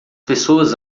pessoas